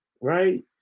Right